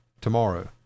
tomorrow